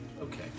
Okay